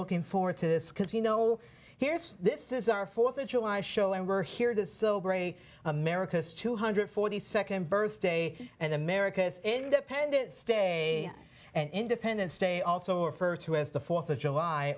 looking forward to this because you know here's this is our fourth of july show and we're here to celebrate america's two hundred forty second birthday and america's independence day and independence day also refer to as the fourth of july